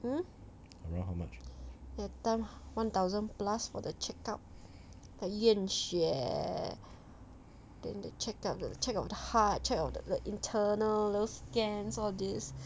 hmm that time one thousand plus for the check out 验血 then the check out the check of the heart that the internal those scans all these